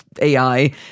AI